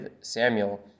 Samuel